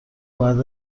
بعد